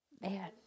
man